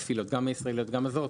גם הישראליות וגם הזרות,